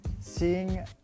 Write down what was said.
seeing